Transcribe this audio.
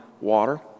water